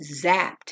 zapped